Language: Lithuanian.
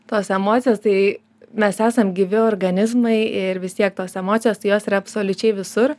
tos emocijas tai mes esam gyvi organizmai ir vis tiek tos emocijos tai jos yra absoliučiai visur